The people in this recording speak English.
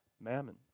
mammon